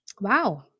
Wow